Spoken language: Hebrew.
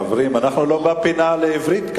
חברים, אנחנו לא בפינה לעברית.